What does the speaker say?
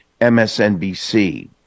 MSNBC